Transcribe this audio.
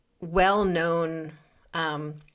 well-known